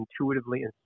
intuitively